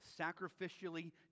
sacrificially